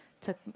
took